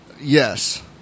yes